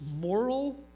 moral